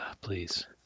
please